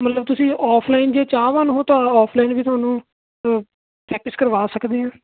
ਮਤਲਬ ਤੁਸੀਂ ਆਫਲਾਈਨ ਜੇ ਚਾਹਵਾਨ ਹੋ ਤਾਂ ਆਫਲਾਈਨ ਵੀ ਤੁਹਾਨੂੰ ਪ੍ਰੈਕਟਿਸ ਕਰਵਾ ਸਕਦੇ ਹਾਂ